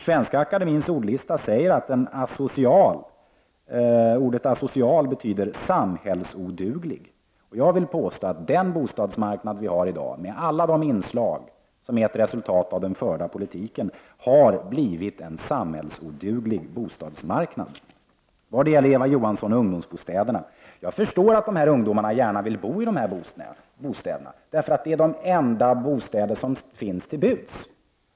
Svenska akademiens ordlista säger nämligen att ordet asocial betyder samhällsoduglig. Jag vill påstå att den bostadsmarknad vi har i dag, med alla de inslag som är ett resultat av den förda politiken, är en samhällsoduglig bostadsmarknad. Vad gäller Eva Johansson och ungdomsbostäderna vill jag säga att jag förstår att ungdomarna gärna vill bo i de här bostäderna, därför att det är de enda bostäder som står till buds!